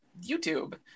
YouTube